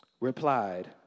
replied